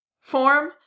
form